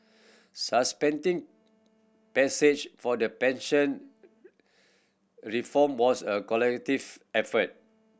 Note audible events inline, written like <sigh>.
suspending passage for the pension reform was a <unintelligible> effort